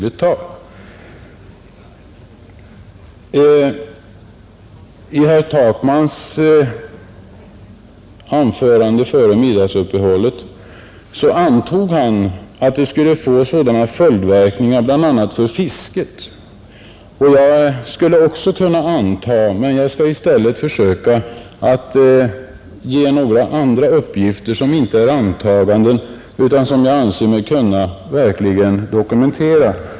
Herr Takman antog i sitt anförande före middagsuppehållet att en utbyggnad skulle få följdverkningar bl.a. för fisket. Jag skulle också kunna göra antaganden, men jag skall i stället försöka ge några andra uppgifter, som inte är antaganden, utan som jag anser mig verkligen kunna dokumentera.